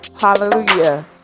Hallelujah